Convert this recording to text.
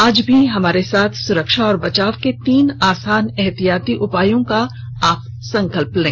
आप भी हमारे साथ सुरक्षा और बचाव के तीन आसान एहतियाती उपायों का संकल्प लें